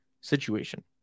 situation